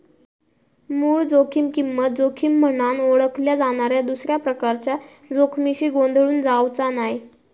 मूळ जोखीम किंमत जोखीम म्हनान ओळखल्या जाणाऱ्या दुसऱ्या प्रकारच्या जोखमीशी गोंधळून जावचा नाय